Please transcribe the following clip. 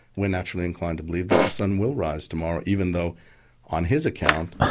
we're naturally inclined to believe that the sun will rise tomorrow even though on his account,